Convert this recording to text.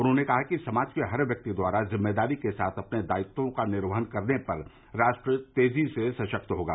उन्होंने कहा कि समाज के हर व्यक्ति द्वारा जिम्मेदारी के साथ अपने दायित्वों का निर्वहन करने पर राष्ट्र तेजी से सशक्त होगा